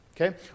Okay